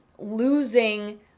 Losing